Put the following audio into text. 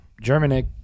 Germanic